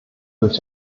durch